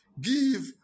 Give